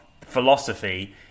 philosophy